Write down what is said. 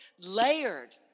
layered